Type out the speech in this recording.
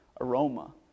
aroma